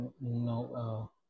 No